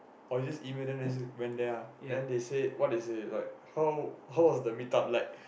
oh you just email them and then say went there ah then they say what they say like how how was the meet up like